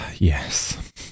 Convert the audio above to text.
Yes